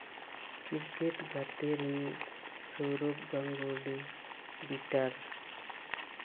cricket ᱜᱟᱛᱮ ᱨᱤᱱᱤᱡ Sourav Ganguly better